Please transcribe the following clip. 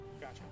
Gotcha